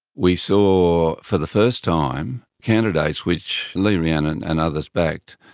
we saw, for the first time, candidates which lee rhiannon and others backed,